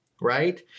right